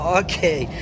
okay